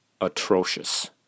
Atrocious